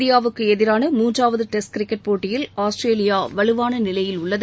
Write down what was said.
இந்தியாவுக்கு எதிரான மூன்றாவது டெஸ்ட் கிரிக்கெட் போட்டியில் ஆஸ்திரேலியா வலுவான நிலையில் உள்ளது